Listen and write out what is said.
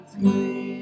three